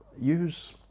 use